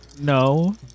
no